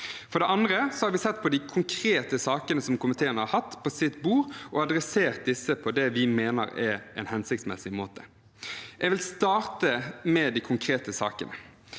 For det andre har vi sett på de konkrete sakene komiteen har hatt på sitt bord, og adressert disse på det vi mener er en hensiktsmessig måte. Jeg vil starte med de konkrete sakene.